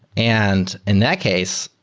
and in that case,